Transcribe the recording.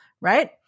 right